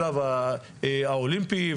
לשלב האולימפי,